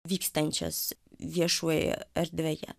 vykstančias viešojoje erdvėje